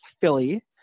Philly